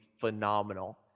phenomenal